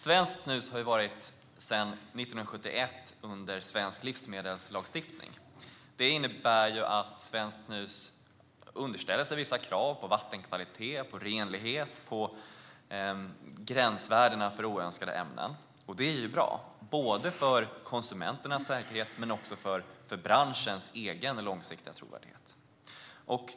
Svenskt snus har sedan 1971 legat under svensk livsmedelslagstiftning. Det innebär att svenskt snus underställs vissa krav på vattenkvalitet, på renlighet och på gränsvärden för oönskade ämnen. Det är bra för konsumenternas säkerhet men också för branschens långsiktiga trovärdighet.